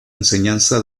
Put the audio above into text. enseñanza